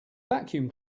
vacuum